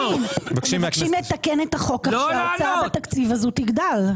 מבקשים לתקן את החוק כך שההוצאה בתקציב תגדל.